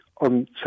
on